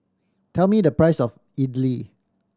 tell me the price of idly